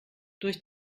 durch